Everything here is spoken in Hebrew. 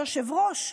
היושב-ראש.